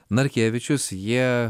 narkevičius jie